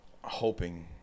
hoping